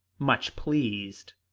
much pleased.